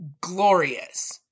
glorious